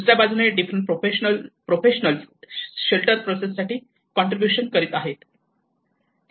दुसऱ्या बाजूने different professional professionals shelter process साठी कॉन्ट्रीब्युशन करत आहेत